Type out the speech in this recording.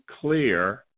clear